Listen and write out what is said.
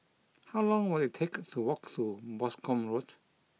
how long will it take to walk to Boscombe Road